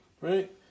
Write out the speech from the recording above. Right